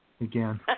Again